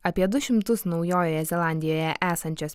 apie du šimtus naujojoje zelandijoje esančias